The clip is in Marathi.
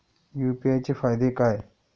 यु.पी.आय चे फायदे काय?